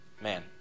man